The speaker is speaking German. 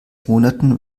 monaten